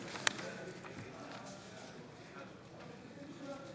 אינו נוכח עליזה לביא, אינה נוכחת ציפי